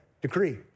decree